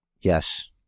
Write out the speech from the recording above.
Yes